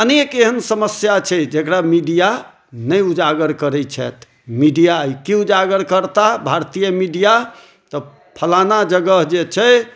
अनेक एहन समस्या छै जेकरा मीडिआ नहि उजागर करैत छथि मीडिआ की उजागर करता भारतीय मीडिआ तऽ फलाना जगह जे छै